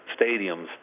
stadiums